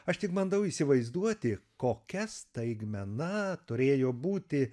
aš tik bandau įsivaizduoti kokia staigmena turėjo būti